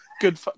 good